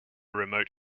remote